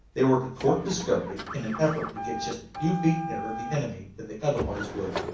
they were to court discovery in an effort to get just a few feet nearer the enemy than they otherwise would.